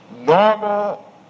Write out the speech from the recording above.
normal